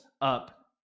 up